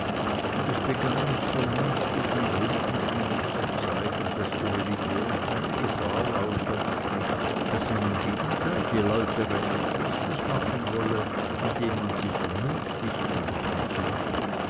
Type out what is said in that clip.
und ich begann mit vernünftigen gründen ihnen zu zeigen daß die religion keine gefahr laufe daß man im gegenteil die leute recht christlich machen wolle indem man sie vernünftig zu machen suche